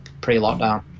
pre-lockdown